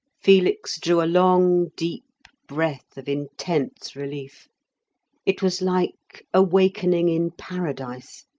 felix drew a long deep breath of intense relief it was like awakening in paradise.